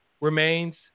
remains